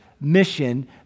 mission